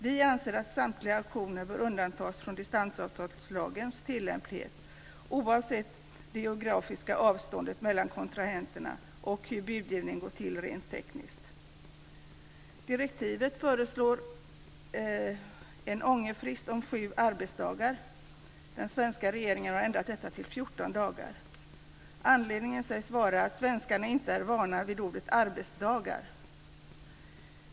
Vi anser att samtliga auktioner bör undantas från distansavtalslagens tillämplighet, oavsett det geografiska avståndet mellan kontrahenterna och hur budgivningen rent tekniskt går till. Direktivet föreskriver en ångerfrist om sju arbetsdagar. Den svenska regeringen har ändrat detta till 14 dagar. Anledningen sägs vara att svenskarna inte är vana vid ordet "arbetsdagar".